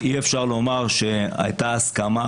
אי-אפשר לומר שהייתה הסכמה